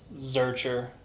zercher